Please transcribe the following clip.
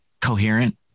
Coherent